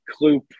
kloop